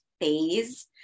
phase